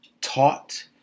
taught